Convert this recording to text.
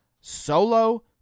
Solo